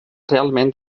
realment